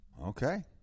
Okay